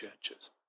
churches